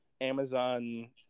amazon